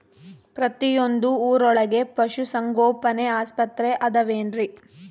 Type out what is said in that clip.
ಪ್ರತಿಯೊಂದು ಊರೊಳಗೆ ಪಶುಸಂಗೋಪನೆ ಆಸ್ಪತ್ರೆ ಅದವೇನ್ರಿ?